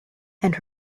and